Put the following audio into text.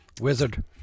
Wizard